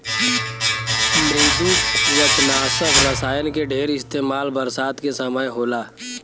मृदुकवचनाशक रसायन के ढेर इस्तेमाल बरसात के समय होला